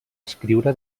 escriure